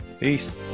Peace